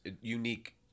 unique